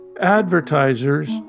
Advertisers